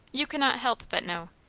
you cannot help but know.